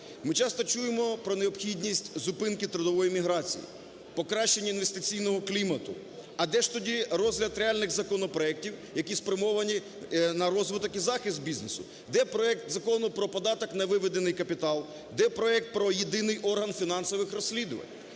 Ми часто чуємо про необхідність зупинки трудової міграції, покращення інвестиційного клімату, а де ж тоді розгляд реальних законопроектів, які спрямовані на розвиток і захист бізнесу? Де проект Закону про податок на виведений капітал? Де проект про єдиний орган фінансових розслідувань?